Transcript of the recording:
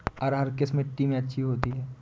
अरहर किस मिट्टी में अच्छी होती है?